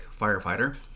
firefighter